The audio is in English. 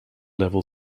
level